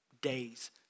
days